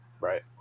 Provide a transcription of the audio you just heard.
right